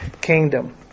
kingdom